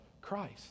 Christ